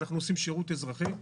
אנחנו עושים שירות אזרחי.